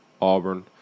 Auburn